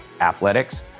athletics